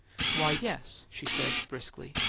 why, yes, she said, briskly.